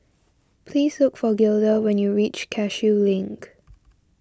please look for Gilda when you reach Cashew Link